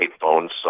phones